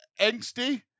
angsty